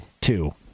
Two